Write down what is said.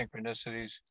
synchronicities